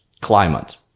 climate